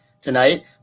tonight